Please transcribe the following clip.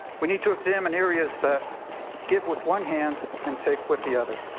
we need to examine areas that give with one hand and take with the other.